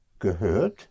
gehört